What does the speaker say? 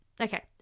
okay